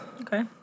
Okay